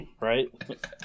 Right